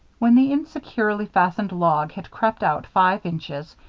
when the insecurely fastened log had crept out five inches,